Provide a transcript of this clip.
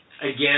again